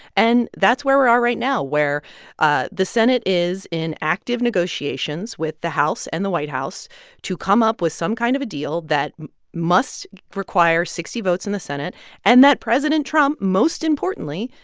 and that's where we are right now where ah the senate is in active negotiations with the house and the white house to come up with some kind of a deal that must require sixty votes in the senate and that president trump, most importantly,